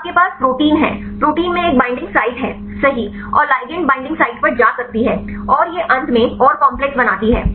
तो आपके पास प्रोटीन है प्रोटीन में एक बईंडिंग साइट है सही और लिगंड बईंडिंग साइट पर जा सकती है और यह अंत में और काम्प्लेक्स बनाती है